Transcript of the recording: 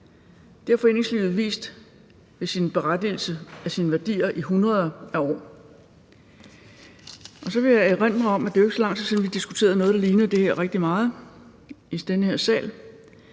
Det har foreningslivet vist ved sin berettigelse og sine værdier i hundreder af år. Så vil jeg erindre om, at det jo ikke er så lang tid siden, vi diskuterede noget, der ligner det her rigtig meget, i den her sal.